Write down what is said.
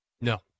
No